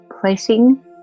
placing